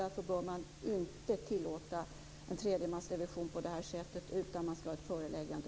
Därför bör man inte tillåta en tredjemansrevision på det här sättet utan att först ha ett föreläggande.